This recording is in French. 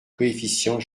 coefficients